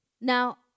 Now